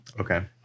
okay